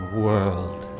world